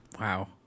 wow